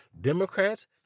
Democrats